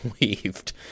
weaved